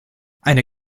eine